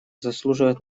заслуживает